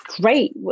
great